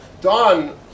Don